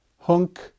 hunk